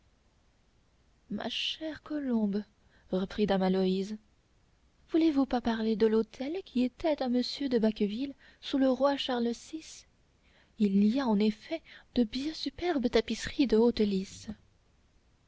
ma chère colombe reprit dame aloïse voulez-vous pas parler de l'hôtel qui était à monsieur de bacqueville sous le roi charles vi il y a en effet de bien superbes tapisseries de haute lice